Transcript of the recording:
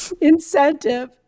incentive